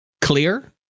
clear